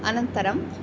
अनन्तरम्